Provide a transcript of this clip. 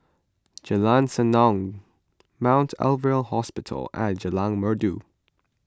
Jalan Senandong Mount Alvernia Hospital and Jalan Merdu